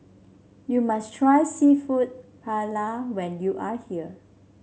you must try seafood Paella when you are here